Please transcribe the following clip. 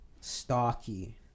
stocky